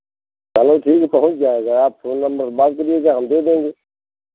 चलो ठीक है पहुँच जाएगा आप फोन नंबर बात करिएगा हम दे देंगे